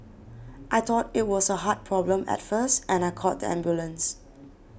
I thought it was a heart problem at first and I called the ambulance